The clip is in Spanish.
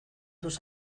tus